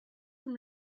from